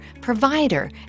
provider